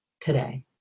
today